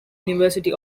university